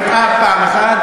שפועלים למען ביקורת